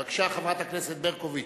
בבקשה, חברת הכנסת ברקוביץ.